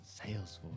Salesforce